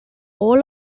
all